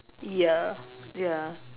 ya ya